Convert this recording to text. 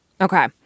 Okay